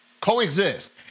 Coexist